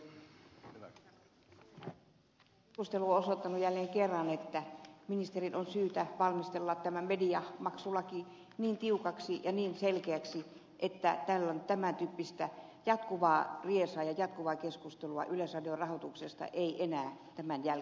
keskustelu on osoittanut jälleen kerran että ministerin on syytä valmistella tämä mediamaksulaki niin tiukaksi ja niin selkeäksi että tämän tyyppistä jatkuvaa riesaa ja jatkuvaa keskustelua yleisradion rahoituksesta ei enää tämän jälkeen tulisi